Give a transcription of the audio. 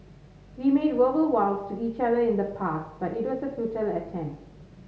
we made verbal vows to each other in the past but it was a futile attempt